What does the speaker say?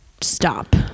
stop